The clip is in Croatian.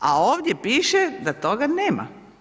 A ovdje piše da toga nema.